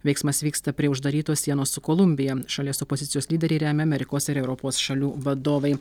veiksmas vyksta prie uždarytos sienos su kolumbija šalies opozicijos lyderį remia amerikos ir europos šalių vadovai